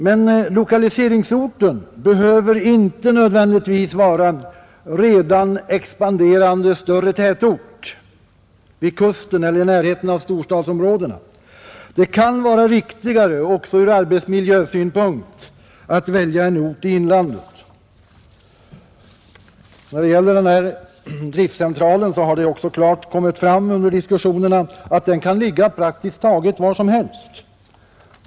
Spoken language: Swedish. Men lokaliseringsorten behöver inte nödvändigtvis vara en redan expanderande större tätort vid kusten eller en ort i närheten av storstadsområdena. Det kan vara viktigare, också ur arbetsmiljösynpunkt, att välja en ort i inlandet. Vad beträffar den driftcentral som jag här har talat om har det också klart framkommit under diskussionerna att den kan ligga praktiskt taget var som helst.